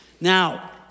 Now